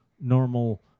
normal